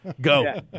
go